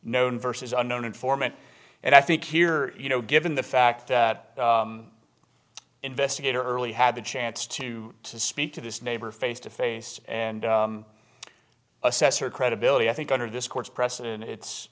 known versus unknown informant and i think here you know given the fact that investigator early had the chance to speak to this neighbor face to face and assess her credibility i think under this court's precedent it's